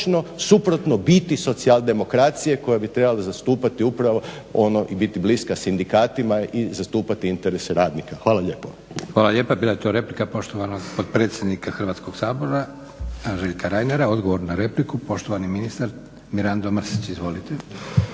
suprotno biti socijaldemokracije koja bi trebala zastupati upravo ono i biti bliska sindikatima i zastupati interese radnika. Hvala lijepo.